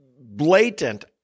blatant